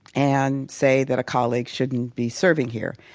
and say that a colleague shouldn't be serving here.